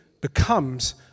becomes